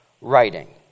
writing